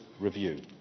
review